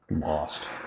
lost